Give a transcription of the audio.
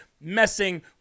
messing